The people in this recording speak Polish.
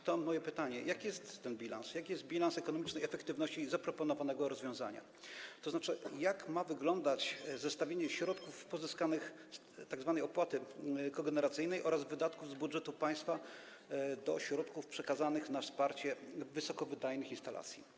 Stąd moje pytanie: Jaki jest ten bilans, jaki jest bilans ekonomicznej efektywności zaproponowanego rozwiązania, tzn. jak ma wyglądać zestawienie środków pozyskanych z tzw. opłaty kogeneracyjnej oraz wydatków z budżetu państwa i środków przekazanych na wsparcie wysokowydajnych instalacji?